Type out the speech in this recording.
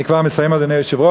אני כבר מסיים, אדוני היושב-ראש.